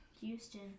Houston